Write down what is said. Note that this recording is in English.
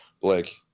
Blake